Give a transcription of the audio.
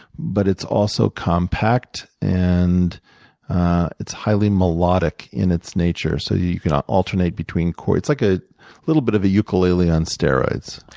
but it's also compact, and it's highly melodic in its nature. so you can alternate between chords. it's like a little bit of a ukulele on steroids.